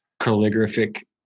calligraphic